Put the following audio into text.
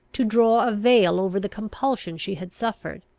to draw a veil over the compulsion she had suffered.